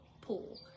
pool